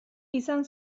izan